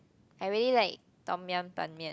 I really like tom-yam Ban-Mian